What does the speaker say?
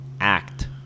act